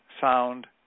sound